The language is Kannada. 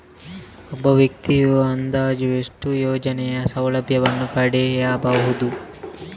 ಒಬ್ಬ ವ್ಯಕ್ತಿಯು ಅಂದಾಜು ಎಷ್ಟು ಯೋಜನೆಯ ಸೌಲಭ್ಯವನ್ನು ಪಡೆಯಬಹುದು?